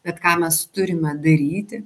bet ką mes turime daryti